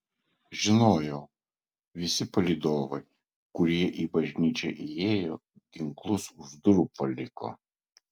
žinojau visi palydovai kurie į bažnyčią įėjo ginklus už durų paliko